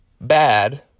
bad